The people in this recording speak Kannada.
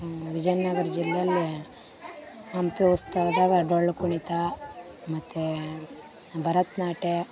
ವಿಜಯನಗ್ರ ಜಿಲ್ಲೆಯಲ್ಲಿ ಹಂಪಿ ಉತ್ಸವ್ದಾಗ ಡೊಳ್ಳು ಕುಣಿತ ಮತ್ತು ಭರತ್ ನಾಟ್ಯ